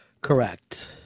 correct